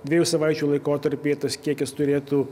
dviejų savaičių laikotarpyje tas kiekis turėtų